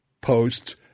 posts